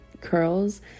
curls